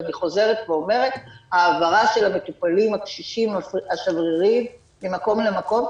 ואני חוזרת ואומרת: העברה של המטופלים הקשישים השבריריים ממקום למקום,